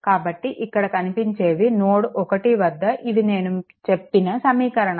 కాబట్టి ఇక్కడ కనిపించేవి నోడ్ 1 వద్ద ఇవి నేను చెప్పిన సమీకరణాలు